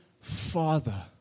father